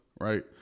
right